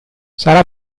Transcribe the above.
sarà